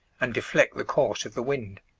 and deflect the course of the wind.